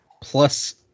plus